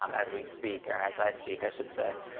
um as we speak, or as i speak, i should say.